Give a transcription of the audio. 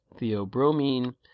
theobromine